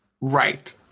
right